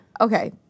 Okay